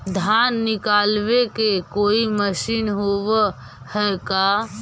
धान निकालबे के कोई मशीन होब है का?